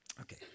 Okay